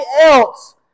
else